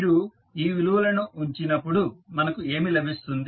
మీరు ఈ విలువలను ఉంచినపుడు మనకు ఏమి లభిస్తుంది